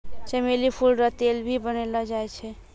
चमेली फूल रो तेल भी बनैलो जाय छै